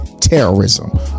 terrorism